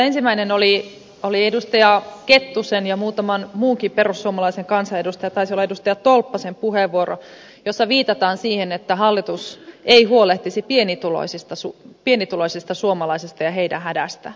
ensimmäinen oli edustaja kettusen ja muutaman muunkin perussuomalaisen kansanedustajan taisi olla edustaja tolppasen puheenvuoro jossa viitattiin siihen että hallitus ei huolehtisi pienituloisista suomalaisista ja heidän hädästään